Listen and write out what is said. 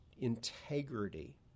integrity